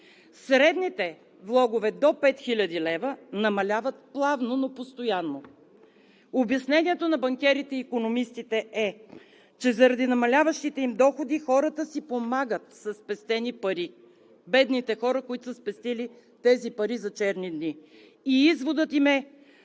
Средните влогове – до 5 хил. лв., намаляват плавно, но постоянно. Обяснението на банкерите и икономистите е, че заради намаляващите им доходи хората си помагат със спестени пари – бедните хора, които са спестили тези пари за черни дни. Изводът им е,